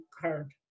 card